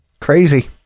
Crazy